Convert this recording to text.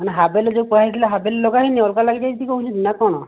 ମାନେ ହାବେଲ୍ ଯୋଉ କୁହାଯାଇଥିଲା ହାବେଲ୍ ଲଗାହେଇନି ଅଲ୍ଗା ଲାଗିଯାଇଛି କହୁଛନ୍ତି ନା କ'ଣ